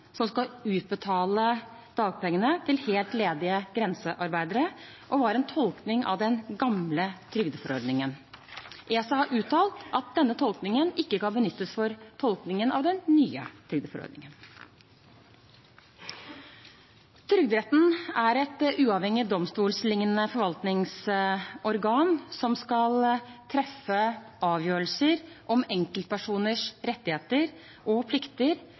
som skal utbetale dagpenger til helt ledige grensearbeidere, og var en tolkning av den gamle trygdeforordningen. ESA har uttalt at denne tolkningen ikke kan benyttes for tolkningen av den nye trygdeforordningen. Trygderetten er et uavhengig, domstollignende forvaltningsorgan som skal treffe avgjørelser om enkeltpersoners rettigheter og plikter